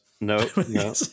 No